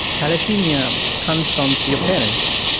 thalassaemia comes from your parents.